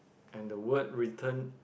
and the word written